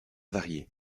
varié